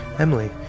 Emily